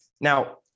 Now